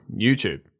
YouTube